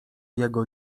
jego